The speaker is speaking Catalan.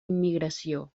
immigració